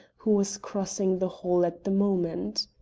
who was crossing the hall at the moment.